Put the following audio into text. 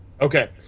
Okay